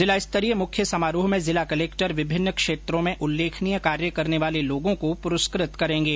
जिला स्तरीय मुख्य समारोह में जिला कलेक्टर विभिन्न क्षेत्रों में उल्लेखनीय कार्य करने वाले लोगों को पुरस्कृत करेंगे